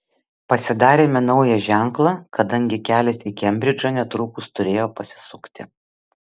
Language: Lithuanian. pasidarėme naują ženklą kadangi kelias į kembridžą netrukus turėjo pasisukti